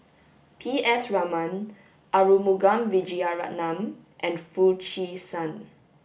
P S Raman Arumugam Vijiaratnam and Foo Chee San